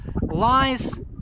lies